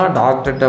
doctor